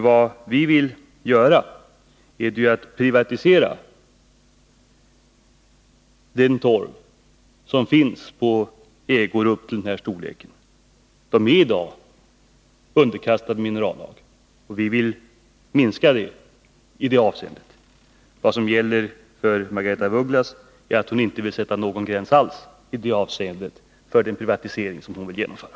Vad vi vill göra är att privatisera den torv som finns på ägor upp till den här storleken. Den är i dag underkastad minerallagen, och vi vill undanta den från lagen. Skillnaden mellan Margaretha af Ugglas och mig är att hon inte vill sätta någon gräns alls för den privatisering som hon vill genomföra.